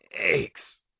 aches